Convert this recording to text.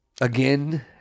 again